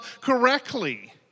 correctly